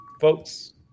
Folks